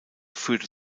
führte